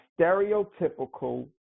stereotypical